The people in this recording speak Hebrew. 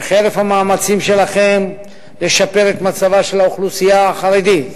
וחרף המאמצים שלכם לשפר את מצבה של האוכלוסייה החרדית,